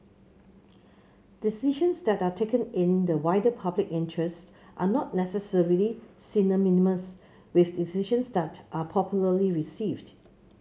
decisions that are taken in the wider public interest are not necessarily synonymous with decisions that are popularly received